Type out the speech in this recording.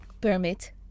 permit